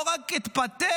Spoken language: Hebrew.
לא רק אתפטר,